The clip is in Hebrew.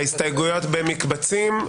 ההסתייגות נפלה.